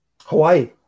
Hawaii